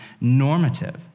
normative